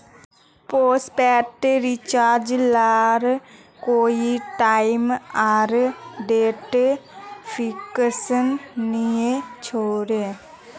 postpaid recharge लार कोए time आर डेट फिक्स नि होछे